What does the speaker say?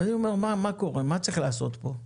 ואני אומר: מה צריך לעשות פה?